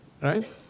right